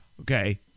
Okay